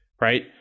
Right